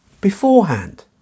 beforehand